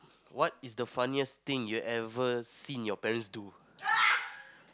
what is the funniest thing you ever seen your parents do